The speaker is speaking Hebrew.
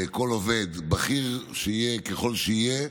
כל עובד, בכיר ככל שיהיה,